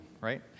right